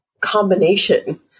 combination